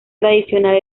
tradicional